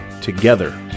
together